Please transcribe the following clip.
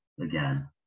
again